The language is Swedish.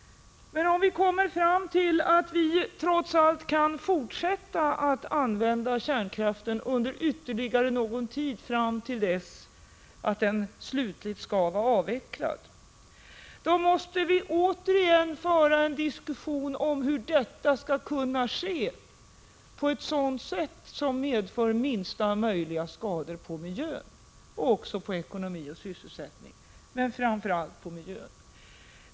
Men om vi kommer fram till att vi trots allt kan fortsätta att använda kärnkraften under ytterligare någon tid, fram till dess att den slutligt skall vara avvecklad, då måste vi återigen föra en diskussion om hur detta skall kunna ske på ett sätt som medför minsta möjliga skador på miljön — framför allt — och också för ekonomi och sysselsättning.